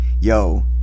yo